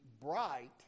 bright